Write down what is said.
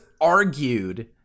argued